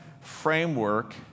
framework